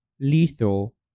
lethal